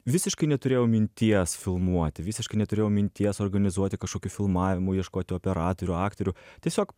visiškai neturėjau minties filmuoti visiškai neturėjau minties organizuoti kažkokį filmavimų ieškoti operatorių aktorių tiesiog